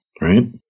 right